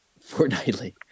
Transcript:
Fortnightly